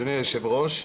אדוני היושב-ראש,